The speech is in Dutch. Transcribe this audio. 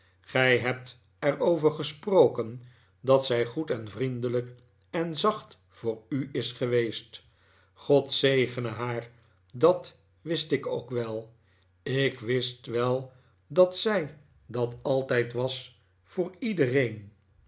gij hebt er over gesproken dat zij goed en vriendelijk en zacht voor u is geweest god zegene haar dat wist ik ook wel ik wist wel dat zij dat altijd was voor iedereen